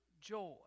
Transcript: joy